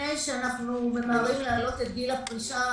לפני שאנחנו ממהרים להעלות פה את גיל הפרישה,